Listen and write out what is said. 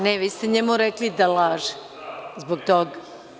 Ne, vi ste njemu rekli da laže, zbog toga.